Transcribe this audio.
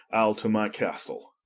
ile to my castle